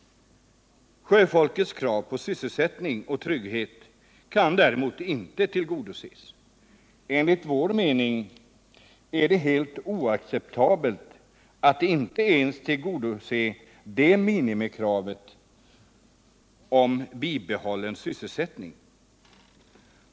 Sjöfolkets krav på sysselsättning och trygghet kan däremot inte tillgodoses. Enligt vår mening är det helt oacceptabelt att inte ens tillgodose minimikravet på bibehållen sysselsättning.